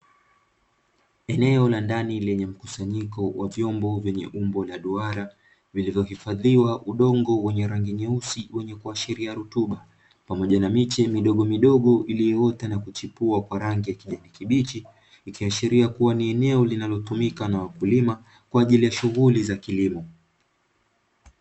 Eneo la ndani lenye mkusanyiko wa vyombo vyenye umbo la duara vilivyohifadhiwa udongo wenye rangi nyeusi wenye kuhashiria rutuba pamoja na miche midogomidogo iliyoota na kuchipua kwa rangi ya kijani kibichi ikiashiria kuwa ni eneo linalotumika na wakulima kwaajili ya shuhuli za kilimo.